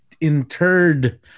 interred